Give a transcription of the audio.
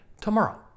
tomorrow